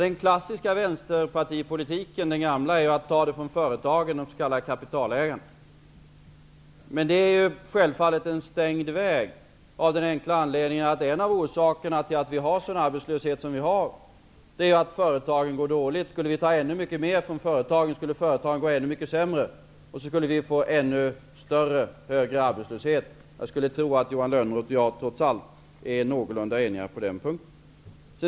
Den klassiska gamla vänsterpartipolitiken är att man skall ta dem från företagen och de s.k. kapitalägarna. Men det är självfallet en stängd väg av den enkla anledningen att en av orsakerna till att vi har en så hög arbetslöshet är att företagen går dåligt. Om vi skulle ta ännu mycket mer från företagen, skulle företagen gå ännu mycket sämre. Då skulle vi få ännu högre arbetslöshet. Jag skulle tro att Johan Lönnroth och jag trots allt är någorlunda eniga på den punkten.